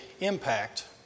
impact